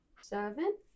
Seven